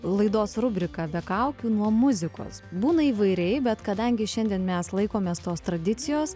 laidos rubriką be kaukių nuo muzikos būna įvairiai bet kadangi šiandien mes laikomės tos tradicijos